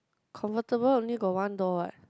convertible only got one door eh